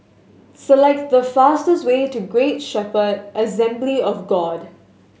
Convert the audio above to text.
select the fastest way to Great Shepherd Assembly of God